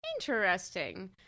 Interesting